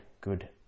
Good